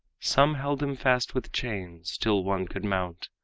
some held him fast with chains till one could mount.